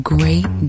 Great